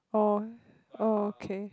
oh oh okay